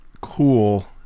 Cool